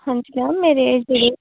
ਹਾਂਜੀ ਮੈਮ ਮੇਰੇ ਜਿਹੜੇ